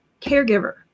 caregiver